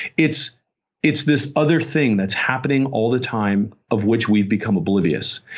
it's it's this other thing that's happening all the time, of which we've become oblivious.